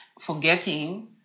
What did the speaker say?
Forgetting